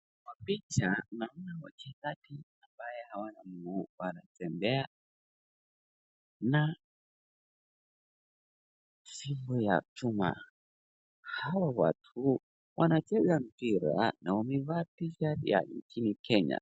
Kwa picha naona wachezaji ambao hawana mguu wanatembea na shifo ya chuma. Hawa watu wanacheza mpira na wamevaa t-shati ya nchini Kenya.